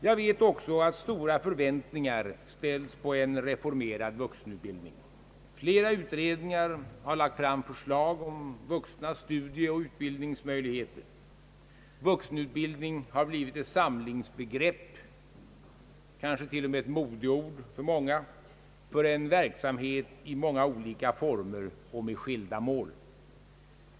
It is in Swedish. Jag vet också att stora förväntningar ställs på en reformerad vuxenutbildning. Flera utredningar har lagt fram förslag om vuxnas studieoch utbildningsmöjligheter. Vuxenutbildning har blivit ett samlingsbegrepp, kanske till och med ett modeord för många, för en verksamhet i många olika former och med skilda mål.